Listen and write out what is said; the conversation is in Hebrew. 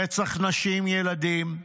רצח נשים וילדים,